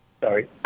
Sorry